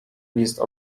list